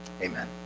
Amen